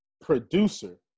producer